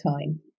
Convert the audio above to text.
time